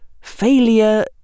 failure